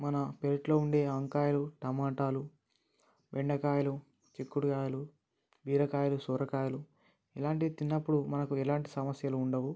మన పెరట్లో ఉండే వంకాయలు టమోటాలు బెండకాయలు చిక్కుడుకాయలు బీరకాయలు సొరకాయలు ఇలాంటివి తిన్నప్పుడు మనకు ఏలాంటి సమస్యలు ఉండవు